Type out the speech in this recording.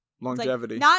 Longevity